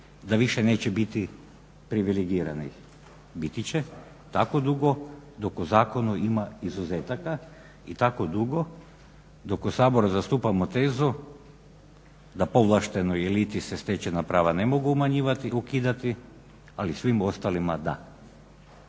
da više neće biti privilegiranih. Biti će tako dugo dok u zakonu ima izuzetaka i tako dugo dok u Saboru zastupamo tezu da povlaštenoj eliti se stečena prava na mogu umanjivati i ukidati, ali svima ostalima da.